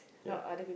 ya